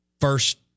first